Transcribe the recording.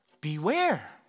beware